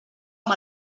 amb